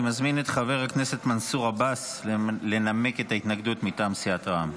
אני מזמין את חבר הכנסת מנסור עבאס לנמק את ההתנגדות מטעם סיעת רע"מ.